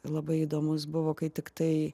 labai įdomus buvo kai tiktai